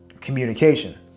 communication